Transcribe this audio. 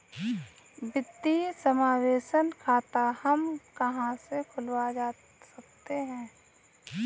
वित्तीय समावेशन खाता हम कहां से खुलवा सकते हैं?